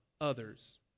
others